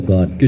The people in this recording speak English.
God